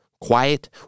quiet